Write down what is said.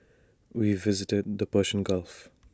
we visited the Persian gulf